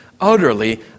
utterly